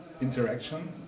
interaction